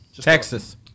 Texas